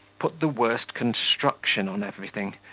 put the worst construction on everything,